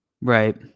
Right